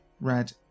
red